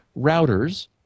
routers